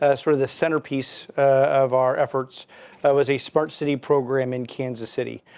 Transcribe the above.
ah sort of the centerpiece of our efforts was a smart city program in kansas city.